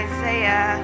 Isaiah